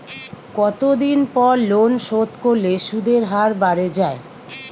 কতদিন পর লোন শোধ করলে সুদের হার বাড়ে য়ায়?